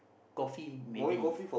coffee maybe